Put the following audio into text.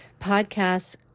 Podcasts